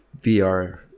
VR